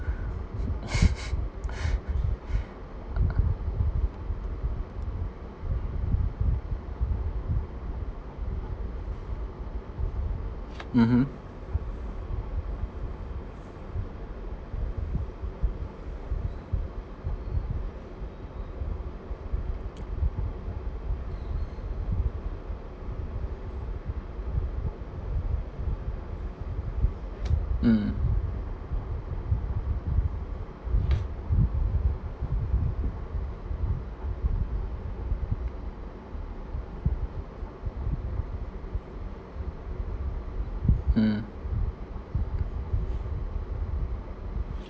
mmhmm mm mm